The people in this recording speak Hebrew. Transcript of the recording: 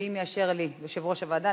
ואם יאשר לי יושב-ראש הוועדה,